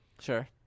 Sure